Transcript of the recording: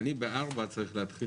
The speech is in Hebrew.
אני בארבע צריך להתחיל.